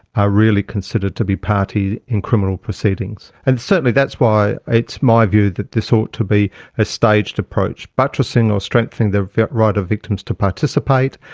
are really really considered to be party in criminal proceedings, and certainly that's why it's my view that this ought to be a staged approach. buttressing or strengthening the right of victims to participate,